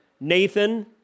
Nathan